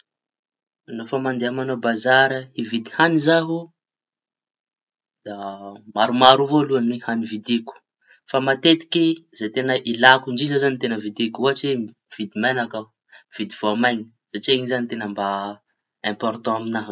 No fa mandeha mañao bazary hividy hañy zaho da maromaro avao aloha ny hañy vidiko. Fa matetiky zay teña ilako indrindra zañy no teña vidiko. Vidy meñaky aho, mividy voamaiña satria iñy zañy mba teña mba ainpôrtan amiña.